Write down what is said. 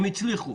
הם הצליחו.